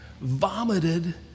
vomited